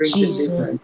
Jesus